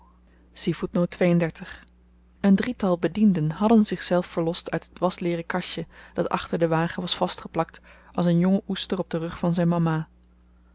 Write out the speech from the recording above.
een drietal bedienden hadden zichzelf verlost uit het wasleêren kastje dat achter den wagen was vastgeplakt als een jonge oester op den rug van zyn mama